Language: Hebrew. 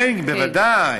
כן, בוודאי.